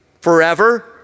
Forever